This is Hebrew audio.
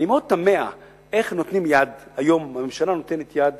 אני מאוד תמה איך הממשלה נותנת יד